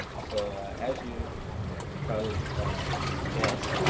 so as you probably guess,